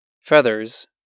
Feathers